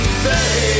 say